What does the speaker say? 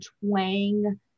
twang